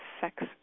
sex